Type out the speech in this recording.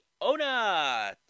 Ona